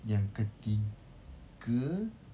yang ketiga